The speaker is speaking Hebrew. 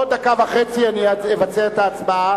בעוד דקה וחצי אני אבצע את ההצבעה,